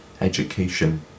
education